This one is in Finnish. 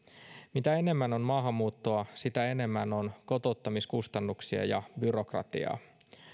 mitä enemmän on maahanmuuttoa sitä enemmän on kotouttamiskustannuksia ja byrokratiaa